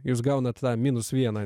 jūs gaunat tą minus vieną